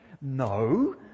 No